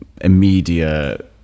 immediate